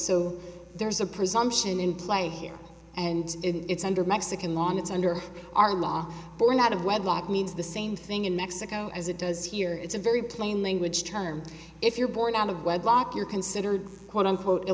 so there's a presumption in play here and it's under mexican law and it's under our law born out of wedlock means the same thing in mexico as it does here it's a very plain language term if you're born out of wedlock you're considered quote unquote a